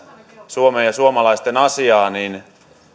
suomen ja suomalaisten asiaa